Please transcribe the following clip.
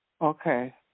okay